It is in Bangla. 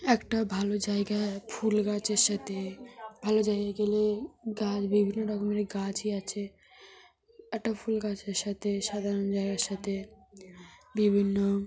একটা ভালো জায়গা ফুল গাছের সাথে ভালো জায়গায় গেলে গাছ বিভিন্ন রকমের গাছই আছে একটা ফুল গাছের সাথে সাধারণ জায়গার সাথে বিভিন্ন